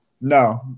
No